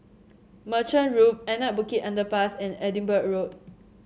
Merchant Loop Anak Bukit Underpass and Edinburgh Road